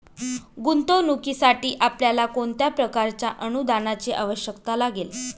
गुंतवणुकीसाठी आपल्याला कोणत्या प्रकारच्या अनुदानाची आवश्यकता लागेल?